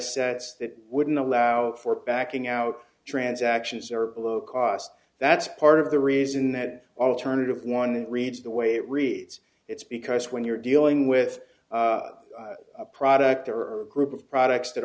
sets that wouldn't allow for backing out transactions or below cost that's part of the reason that alternative one reads the way it reads it's because when you're dealing with a product or group of products that